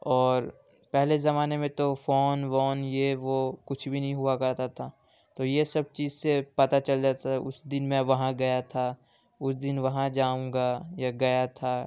اور پہلے زمانے میں تو فون وون یہ وہ کچھ بھی نہیں ہوا کرتا تھا تو یہ سب چیز سے پتہ چل جاتا تھا اس دن میں وہاں گیا تھا اس دن وہاں جاؤں گا یا گیا تھا